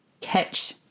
catch